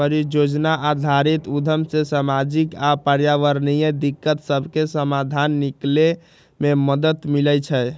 परिजोजना आधारित उद्यम से सामाजिक आऽ पर्यावरणीय दिक्कत सभके समाधान निकले में मदद मिलइ छइ